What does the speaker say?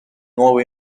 nuovo